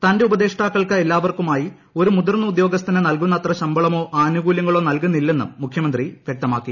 തന്റെ ഉപദേഷ്ടാക്കൾക്ക് എല്ലാവർക്കുമായി ഒരു മുതിർന്ന ഉദ്യോഗസ്ഥന് നൽകുന്നത്ര ശമ്പളമോ ആനുകൂലൃങ്ങളോ നൽകുന്നില്ലെന്നും മുഖ്യമന്ത്രി വൃക്തമാക്കി